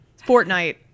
Fortnite